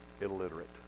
illiterate